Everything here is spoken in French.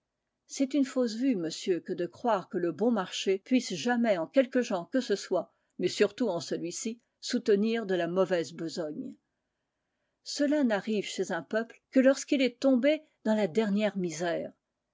c'est une fausse vue monsieur que de croire que le bon marché puisse jamais en quelque genre que ce soit mais surtout en celui-ci soutenir de la mauvaise besogne cela n'arrive chez un peuple que lorsqu'il est tombé dans la dernière misère